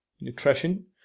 nutrition